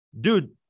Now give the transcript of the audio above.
dude